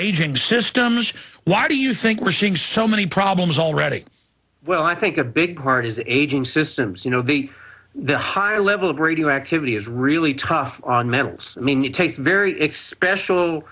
aging systems why do you think we're seeing so many problems already well i think a big part is aging systems you know be the higher level of radioactivity is really tough on metals i mean you take very